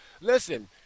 Listen